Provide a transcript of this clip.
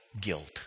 guilt